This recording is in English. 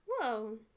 Whoa